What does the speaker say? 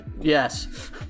Yes